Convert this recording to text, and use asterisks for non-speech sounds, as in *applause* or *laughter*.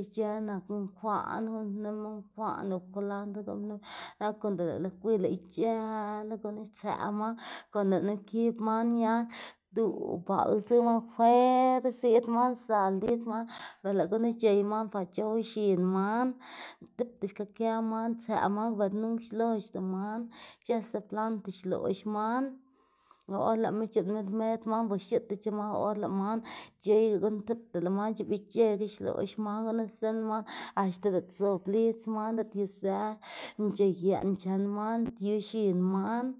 ic̲h̲ë naku kwaꞌn guꞌnnpnima kwaꞌn kwalndr nap konda lëꞌma gwiy lëꞌ ic̲h̲ëla gunu tsëꞌ man konda lëꞌma kib man ñaz duꞌ baꞌl zu man fuer ziꞌd man sdzal lidz man lëꞌ gunu c̲h̲ey man par c̲h̲ow x̱in man, tipta xka kë man tsëꞌ man per nunk xloxda man ic̲h̲ëse planta xloꞌx man o or lëꞌma c̲h̲uꞌnnma rmed man o xiꞌdtac̲h̲e man or lëꞌ man c̲h̲eyga gunu tipta lëꞌ man c̲h̲oꞌbic̲h̲ekga xloꞌx man gunu sdzinn man axta diꞌt zob lidz man, diꞌt yuzë mc̲h̲e yeꞌn chen man, diꞌt yu x̱in man. *noise*